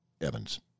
Evans